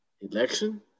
election